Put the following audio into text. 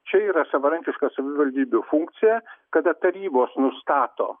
čia yra savarankiška savivaldybių funkcija kada tarybos nustato